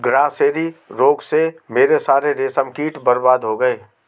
grasserie रोग से मेरे सारे रेशम कीट बर्बाद हो गए